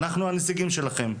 ואנחנו הנציגים שלכם.